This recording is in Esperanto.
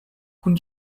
kun